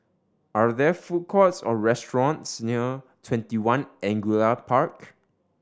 are there food courts or restaurants near Twenty One Angullia Park